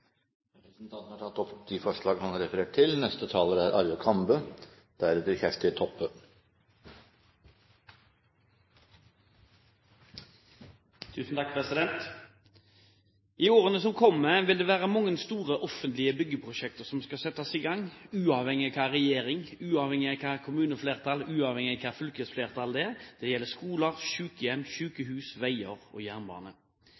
Representanten Per Arne Olsen har tatt opp det forslag han refererte til. I årene som kommer, vil det være mange store offentlige byggeprosjekter som skal settes i gang, uavhengig av hva slags regjering, uavhengig av hva slags kommuneflertall, uavhengig av hva slags fylkesflertall det er. Det gjelder skoler, sykehjem, sykehus, veier og jernbane.